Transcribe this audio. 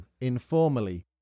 informally